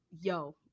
yo